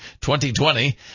2020